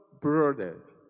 brother